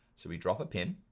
so we drop a pin.